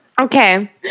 Okay